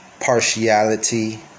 Partiality